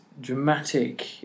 dramatic